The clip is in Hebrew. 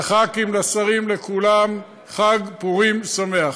לח"כים, לשרים, לכולם, חג פורים שמח.